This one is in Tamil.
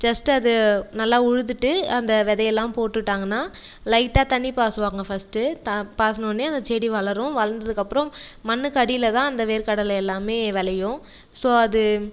ஜெஸ்ட்டு அது நல்லா உழுதுட்டு அந்த விதையெல்லா போட்டுட்டாங்கன்னா லைட்டா தண்ணி பாசுவாங்க ஃபர்ஸ்ட்டு பாசுனவுனே அந்த செடி வளரும் வளர்ந்ததுக்கப்பறோம் மண்ணுக்கு அடியில் தான் அந்த வேர்க்கடலை எல்லாமே விளையும் ஸோ அது